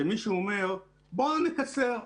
כשמישהו אומר: בוא נקצר,